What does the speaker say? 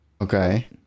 okay